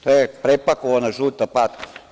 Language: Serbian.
To je prepakovana žuta patka.